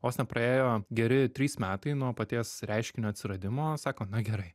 vos nepraėjo geri trys metai nuo paties reiškinio atsiradimo sako na gerai